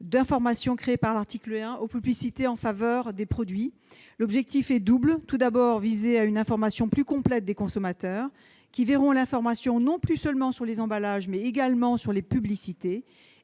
d'information créé par l'article 1 aux publicités en faveur des produits. L'objectif est double : assurer une information plus complète des consommateurs, qui verront l'information non plus seulement sur les emballages, mais également sur les publicités,